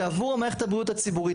שעבור מערכת הבריאות הציבורית,